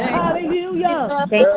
hallelujah